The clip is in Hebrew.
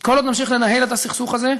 כל עוד נמשיך לנהל את הסכסוך הזה,